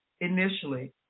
initially